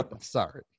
sorry